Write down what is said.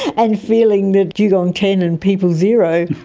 and feeling the dugong ten and people zero.